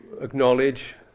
acknowledge